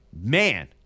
man